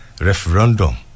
referendum